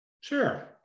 Sure